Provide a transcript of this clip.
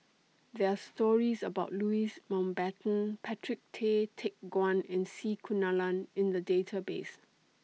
There Are stories about Louis Mountbatten Patrick Tay Teck Guan and C Kunalan in The Database